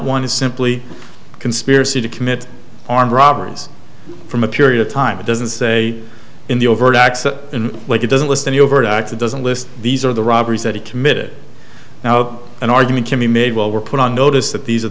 one is simply conspiracy to commit armed robberies from a period of time it doesn't say in the overt acts that like it doesn't list any overt acts it doesn't list these are the robberies that he committed now an argument can be made well we're put on notice that these are